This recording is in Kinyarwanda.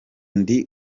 ndi